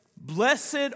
blessed